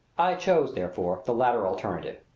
i chose, therefore, the latter alternative.